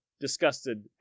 disgusted